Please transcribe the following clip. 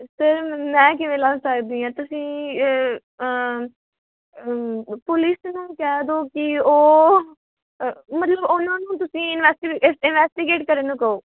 ਤਾਂ ਮੈਂ ਕਿਵੇਂ ਲੱਭ ਸਕਦੀ ਹਾਂ ਤੁਸੀਂ ਪੁਲਿਸ ਨੂੰ ਕਹਿ ਦਓ ਕਿ ਉਹ ਮਤਲਬ ਅ ਉਹਨਾਂ ਨੂੰ ਤੁਸੀਂ ਇੰਨਵੈਸੀ ਇੰਨਵੈਸਟੀਗੇਟ ਕਰਨ ਨੂੰ ਕਹੋ